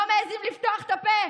לא מעיזים לפתוח את הפה,